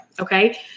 Okay